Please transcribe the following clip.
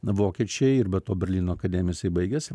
vokiečiai ir be to berlyno akademiją jisai baigęs